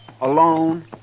alone